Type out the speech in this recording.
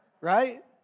Right